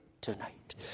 tonight